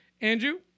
Andrew